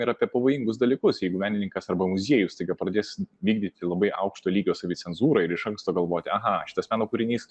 ir apie pavojingus dalykus jeigu menininkas arba muziejus staiga pradės vykdyti labai aukšto lygio savicenzūrą ir iš anksto galvoti aha šitas meno kūrinys